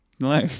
No